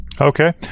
Okay